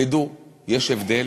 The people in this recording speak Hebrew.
תדעו, יש הבדל